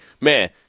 man